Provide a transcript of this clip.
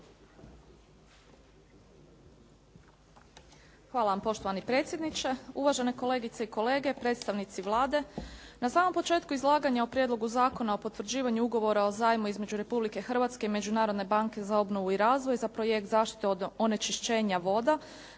Hvala vam poštovani predsjedniče, uvažene kolegice i kolege, predstavnici Vlade. Na samom početku izlaganja o Prijedlogu zakona o potvrđivanju Ugovora o zajmu između Republike Hrvatske i Međunarodne banke za obnovu i razvoj za Projekt zaštite od onečišćenja voda